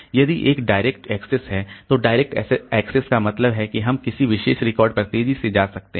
यदि एक direct access है तो डायरेक्ट एक्सेस का मतलब है कि हम किसी विशेष रिकॉर्ड पर तेजी से जा सकते हैं